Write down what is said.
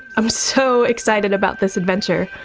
i'm so excited about this adventure,